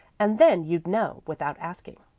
and then you'd know without asking.